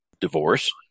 divorce